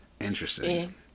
Interesting